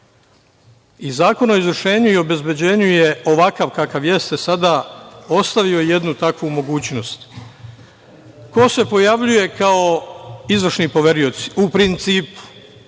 Iz Zakona o izvršenju i obezbeđenju, ovakav kakav jeste, sada je ostavio jednu takvu mogućnost. Ko se pojavljuje kao izvršni poverioc, u principu?